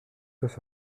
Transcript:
soient